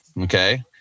Okay